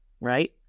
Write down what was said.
right